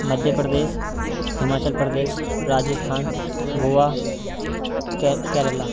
Madhya Pradesh Himachal Pradesh Rajasthan Goa Kerala